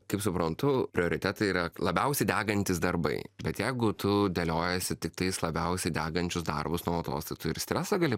kaip suprantu prioritetai yra labiausiai degantys darbai bet jeigu tu dėliojiesi tiktais labiausiai degančius darbus nuolatos tai tu ir stresą gali